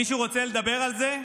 מישהו רוצה לדבר על זה?